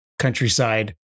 countryside